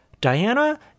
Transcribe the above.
Diana